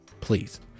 Please